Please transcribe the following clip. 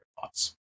thoughts